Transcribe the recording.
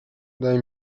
daj